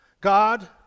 God